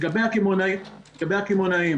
לגבי הקמעונאים